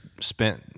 spent